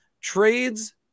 trades